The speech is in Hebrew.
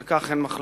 על כך אין מחלוקת,